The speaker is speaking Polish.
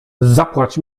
zapłać